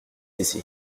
ici